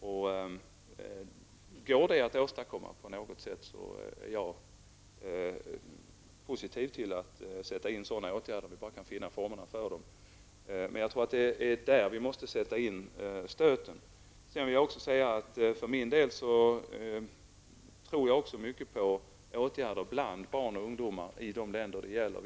Om det går att åstadkomma på något sätt är jag positiv till att vidta åtgärder om vi kan finna formerna för dem. Men jag tror att det är där som vi måste sätta in stöten. För min del tror jag också mycket på åtgärder bland barn och ungdomar i de länder det gäller.